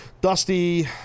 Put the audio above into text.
Dusty